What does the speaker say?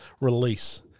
release